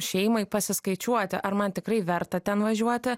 šeimai pasiskaičiuoti ar man tikrai verta ten važiuoti